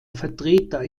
vertreter